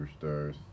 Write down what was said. Superstars